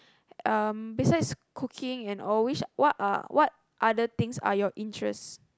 um besides cooking and all which what are what other things are your interest